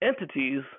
entities